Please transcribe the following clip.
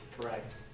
Correct